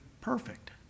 perfect